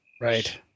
Right